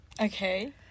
Okay